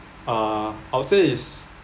uh I would say is